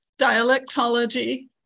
dialectology